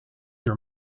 your